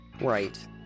Right